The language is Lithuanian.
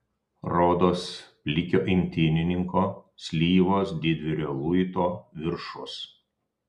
rodos plikio imtynininko slyvos didvyrio luito viršus